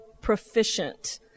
proficient